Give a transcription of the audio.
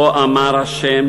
כה אמר ה',